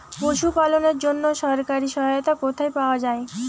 পশু পালনের জন্য সরকারি সহায়তা কোথায় পাওয়া যায়?